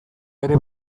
ere